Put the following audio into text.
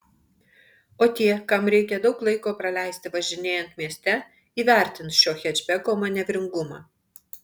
o tie kam reikia daug laiko praleisti važinėjant mieste įvertins šio hečbeko manevringumą